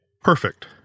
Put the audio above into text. Perfect